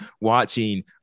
watching